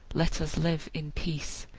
let us live in peace!